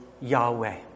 Yahweh